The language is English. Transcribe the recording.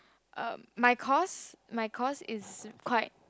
um my course my course is quite